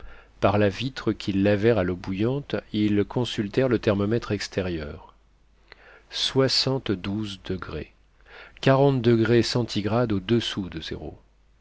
par la vitre qu'ils lavèrent à l'eau bouillante ils consultèrent le thermomètre extérieur soixante-douze degrés